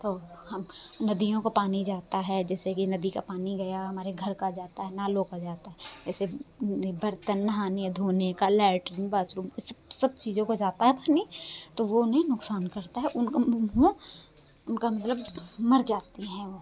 तो हम नदियों का पानी जाता है जैसे कि नदी का पानी गया हमारे घर का जाता है नालों का जाता है जैसे बर्तन नहने धोने का लैट्रीन बाथरूम इस सब सब चीज़ों का जाता है उसमें तो वो उन्हें नुकसान करता है उनका मतलब मर जाती हैं वो